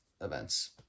events